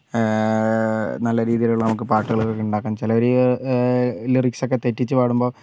നല്ല രീതിയിൽ ഉള്ള നമുക്ക് പാട്ടുകളൊക്കെ ഉണ്ടാക്കാം ചിലവആർ ലിറിക്സ് ഒക്കേ തെറ്റിച്ച് പാടുമ്പോൾ